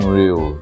real